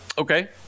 Okay